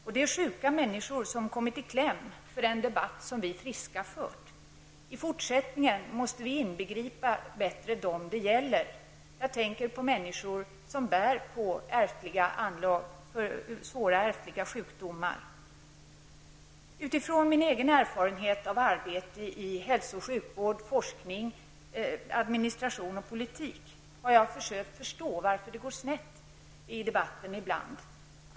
Och det är sjuka människor som kommit i kläm i den debatt som vi friska fört. I fortsättningen måste vi på ett bättre sätt inbegripa de människor som det gäller. Jag tänker på människor som bär på anlag för svåra ärftliga sjukdomar. Utifrån min egen erfarenhet av arbete inom hälsooch sjukvård, forskning, administration och politik har jag försökt förstå varför det går snett i debatten ibland.